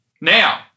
Now